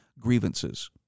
grievances